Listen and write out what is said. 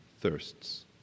thirsts